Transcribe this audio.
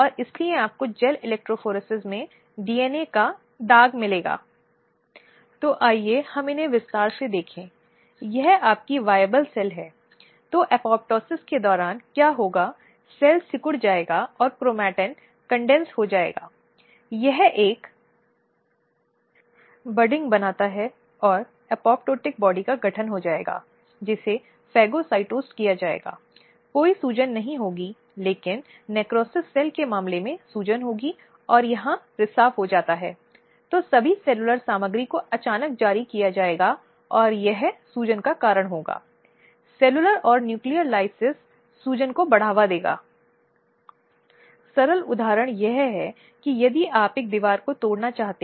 इसलिए यह ठीक है कि जहां अदालत ने अंतर्विरोध किया है और निर्धारित किया है कि जिस परीक्षण की बात की गई है उससे उसकी गोपनीयता पर हमला होता है वहां एक बेहतर परीक्षण बेहतर चिकित्सा प्रक्रिया होनी चाहिए जो उचित होनी चाहिए और इस तरह के परीक्षण किए जाने का एक उचित तरीका होना चाहिए